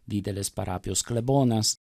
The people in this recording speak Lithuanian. didelės parapijos klebonas